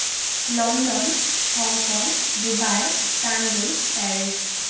London Hong Kong Dubai Istanbul Paris